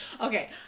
Okay